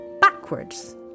backwards